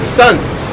sons